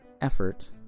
effort